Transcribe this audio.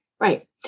Right